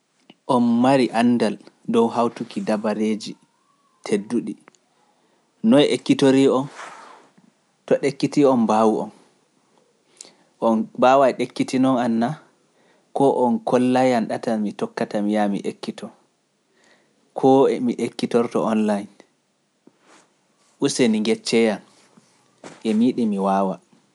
On mari anndal dow hawtuki dabareeji tedduɗi, noy ekkitori on? To ekkitii on mbaawu on, on mbaawa e ekkitinoo han naa? Koo on kollan han ɗata mi tokkata mi yaa mi ekkito, koo e mi ekkitorto onlaine, uste ndi geccee han, emi yiɗi mi waawa.